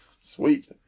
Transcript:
sweet